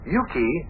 Yuki